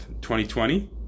2020